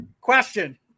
Question